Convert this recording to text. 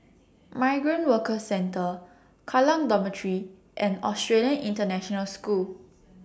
Migrant Workers Centre Kallang Dormitory and Australian International School